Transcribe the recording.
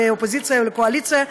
לאופוזיציה ולקואליציה,